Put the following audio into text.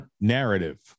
narrative